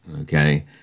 okay